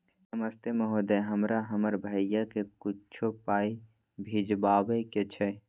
नमस्ते महोदय, हमरा हमर भैया के कुछो पाई भिजवावे के छै?